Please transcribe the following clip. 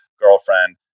girlfriend